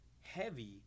heavy